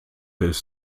bis